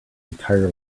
entirely